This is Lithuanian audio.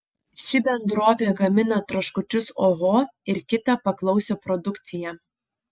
ši bendrovė gamina traškučius oho ir kitą paklausią produkciją